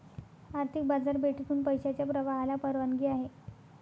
आर्थिक बाजारपेठेतून पैशाच्या प्रवाहाला परवानगी आहे